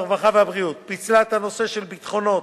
הרווחה והבריאות פיצלה את הנושא של ביטחונות